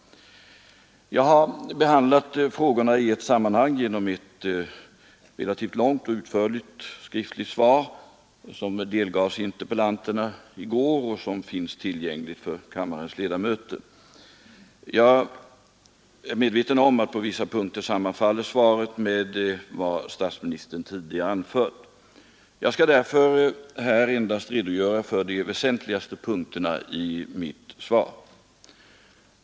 Jag har behandlat frågorna i ett sammanhang i ett relativt långt och utförligt skriftligt svar , som delgavs interpellanterna i går och som finns tillgängligt för kammarens ledamöter. Jag är medveten om att svaret på vissa punkter sammanfaller med vad statsministern tidigare har anfört. Jag skall därför här endast redogöra för de väsentligaste punkterna i mitt svar.